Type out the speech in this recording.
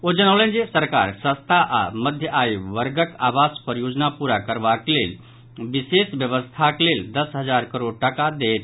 ओ जनौलनि जे सरकार सस्ता आओर मध्य आय वर्गक आवास परियोजना पूरा करबाक लेल विशेष व्यवस्थाक लेल दस हजार करोड़ टाकाक देत